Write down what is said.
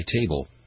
table